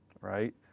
right